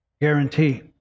guarantee